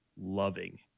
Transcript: loving